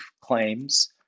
claims